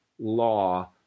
law